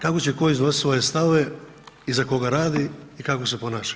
Kako će tko iznositi svoje stavove, iza koga radi i kako se ponaša.